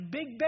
Big